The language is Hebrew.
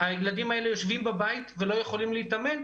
הילדים האלה יושבים בבית ולא יכולים להתאמן.